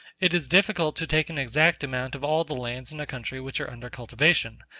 it is difficult to take an exact account of all the lands in a country which are under cultivation,